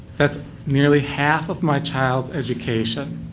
that's nearly half of my child's education.